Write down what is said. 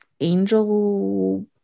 Angel